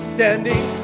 Standing